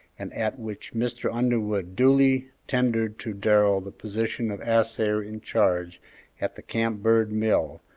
and at which mr. underwood duly tendered to darrell the position of assayer in charge at the camp bird mill,